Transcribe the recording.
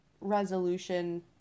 resolution